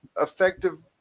effective